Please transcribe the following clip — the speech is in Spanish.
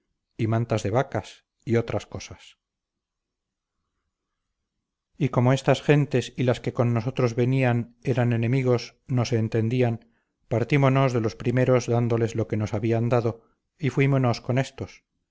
y mantas de vacas y otras cosas y como estas gentes y las que con nosotros venían eran enemigos no se entendían partímonos de los primeros dándoles lo que nos habían dado y fuímonos con estos